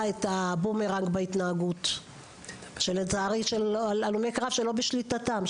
את הבומרנג בהתנהגות שלא בשליטתם של הלומי הקרב,